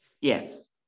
Yes